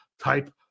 type